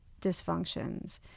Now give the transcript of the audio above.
dysfunctions